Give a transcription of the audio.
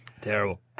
Terrible